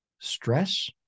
stress